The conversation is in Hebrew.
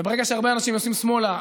וברגע שהרבה אנשים עושים שמאלה,